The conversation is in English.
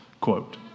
Quote